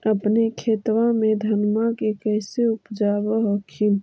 अपने खेतबा मे धन्मा के कैसे उपजाब हखिन?